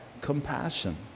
compassion